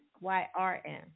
Y-R-N